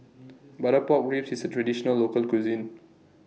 Butter Pork Ribs IS A Traditional Local Cuisine